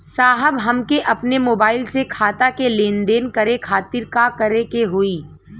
साहब हमके अपने मोबाइल से खाता के लेनदेन करे खातिर का करे के होई?